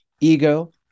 ego